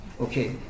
okay